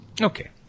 Okay